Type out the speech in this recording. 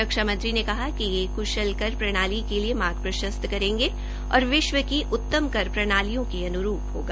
रक्षा मंत्री ने कहा कि ये एक कृशल कर प्रणाली के लिए मार्ग प्रशस्त करेंगे और विश्व की उत्तम कर प्रणालियों के अनुरूप होगा